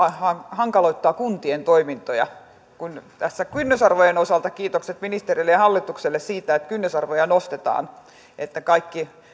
hankaloittaa kuntien toimintoja kynnysarvojen osalta kiitokset ministerille ja hallitukselle siitä että kynnysarvoja nostetaan että kaikki